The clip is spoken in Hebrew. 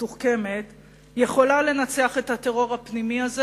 ומתוחכמת יכולה לנצח את הטרור הפנימי הזה,